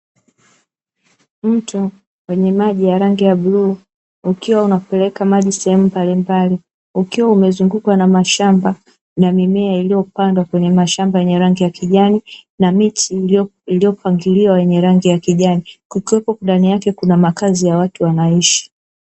Mto wenye maji ya rangi ya bluu ukiwa unapeleka maji sehemu mbalimbali, ukiwa umezungukwa na mashamba na mimea iliyopandwa kwenye mashamba yenye rangi ya kijani, na miti iliyopangiliwa yenye rangi ya kijani, kukiwepo ndani yake kunamakazi ya watu wanaishi.